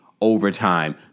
overtime